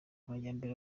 amajyambere